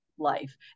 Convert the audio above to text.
life